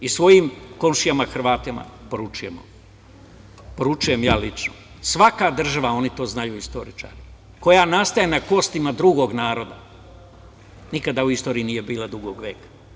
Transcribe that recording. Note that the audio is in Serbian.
I svojim komšijama Hrvatima poručujemo, poručujem ja lično – svaka država, oni to znaju istoričari, koja nastaje na kostima drugog naroda nikada u istoriji nije bila dugog veka.